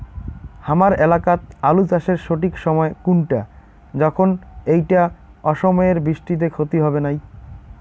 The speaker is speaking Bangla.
হামার এলাকাত আলু চাষের সঠিক সময় কুনটা যখন এইটা অসময়ের বৃষ্টিত ক্ষতি হবে নাই?